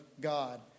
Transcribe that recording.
God